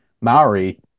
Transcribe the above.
Maori